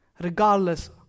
regardless